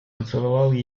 поцеловал